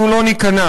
אנחנו לא ניכנע.